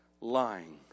lying